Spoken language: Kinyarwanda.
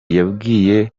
yabwiye